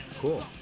cool